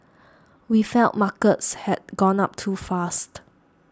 we felt markets had gone up too fast